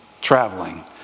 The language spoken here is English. traveling